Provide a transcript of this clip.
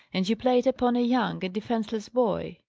and you play it upon a young and defenceless boy!